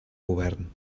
govern